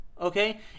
okay